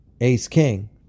ace-king